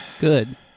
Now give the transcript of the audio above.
Good